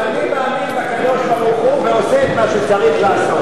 גם אני מאמין בקדוש-ברוך-הוא ועושה את מה שצריך לעשות.